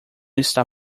está